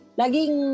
laging